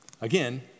again